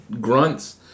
grunts